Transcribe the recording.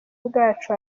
bwacu